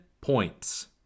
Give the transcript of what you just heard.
points